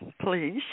please